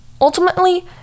ultimately